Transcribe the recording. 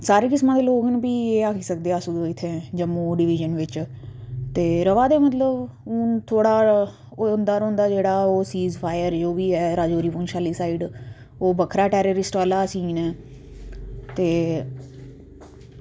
सारे किस्मां दे लोग न भी केह् आक्खी सकदे अस इत्थें जम्मू डिवीज़न बिच रवा दे मतलब इत्थें हून थोह्ड़ा एह् होंदा रौहंदा सीज़फायर जो बी ऐ रजौरी पुंछ आह्ली साईड ओह् बक्खरा टैरोरिस्ट आह्ला सीन ऐ ते